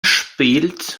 spielt